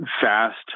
fast